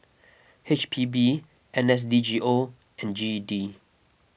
H P B N S D G O and G E D